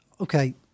okay